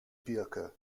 birke